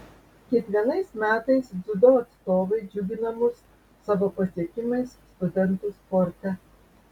kiekvienais metais dziudo atstovai džiugina mus savo pasiekimais studentų sporte